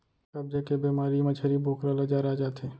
कब्ज के बेमारी म छेरी बोकरा ल जर आ जाथे